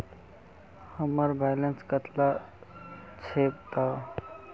हमार बैलेंस कतला छेबताउ?